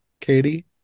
Katie